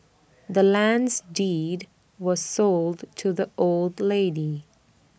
the land's deed was sold to the old lady